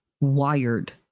wired